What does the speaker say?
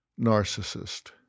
narcissist